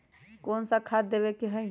कोन सा खाद देवे के हई?